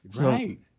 Right